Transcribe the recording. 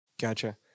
Gotcha